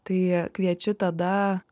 tai kviečiu tada